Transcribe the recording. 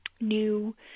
new